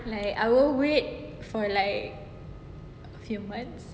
like I will wait for like a few months